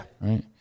Right